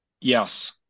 Yes